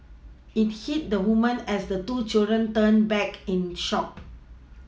it hit the woman as the two children turned back in shock